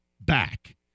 back